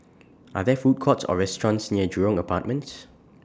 Are There Food Courts Or restaurants near Jurong Apartments